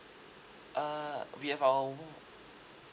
uh we have our